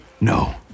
No